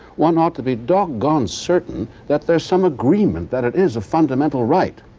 one ought to be doggone certain that there's some agreement that it is a fundamental right.